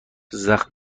زخم